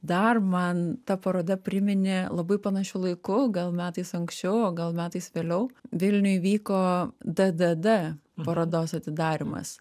dar man ta paroda priminė labai panašiu laiku gal metais anksčiau o gal metais vėliau vilniuj vyko d d d parodos atidarymas